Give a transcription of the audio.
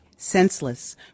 Senseless